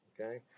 okay